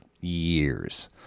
years